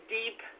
deep